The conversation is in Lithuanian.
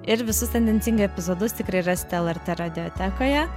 ir visus tendencingai epizodus tikrai rasite lrt radiotekoje